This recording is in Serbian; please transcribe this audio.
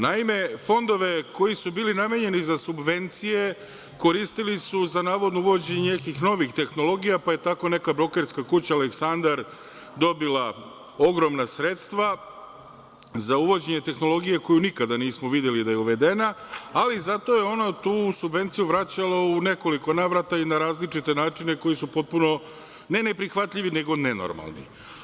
Naime, fondove koji su bili namenjeni za subvencije koristili su navodno uvođenje nekih novih tehnologija, pa je tako neka brokerska kuća „Aleksandar“ dobila ogromna sredstva za uvođenje tehnologije koju nikad nismo videli da je uvedena, ali zato je ona tu subvenciju vraćala u nekoliko navrata i na različite načine koji su potpuno, ne neprihvatljivi, nego nenormalni.